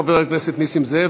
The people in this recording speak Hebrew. חבר הכנסת נסים זאב,